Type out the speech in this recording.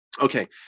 Okay